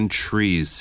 trees